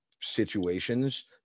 situations